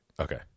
Okay